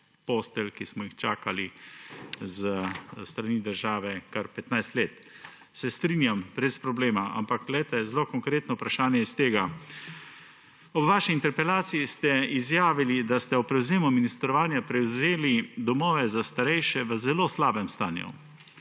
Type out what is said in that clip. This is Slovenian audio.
postelj, ki smo jih čakali s strani države kar 15 let. Se strinjam, brez problema, ampak glejte, zelo konkretno vprašanje iz tega. Ob vaši interpelaciji ste izjavili, da ste ob prevzemu ministrovanja prevzeli domove za starejše v zelo slabem stanju.